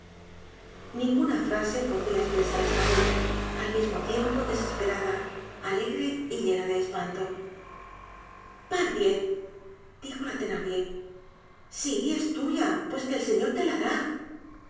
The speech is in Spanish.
ninguna frase podría espresar esta voz al mismo tiempo desesperada alegre y llena de espanto pardiez dijo la thenardier sí es tuya pues que el señor te la da